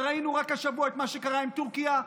וראינו רק השבוע מה שקרה עם טורקיה,